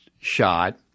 shot